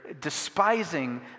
despising